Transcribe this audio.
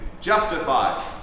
justify